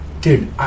Dude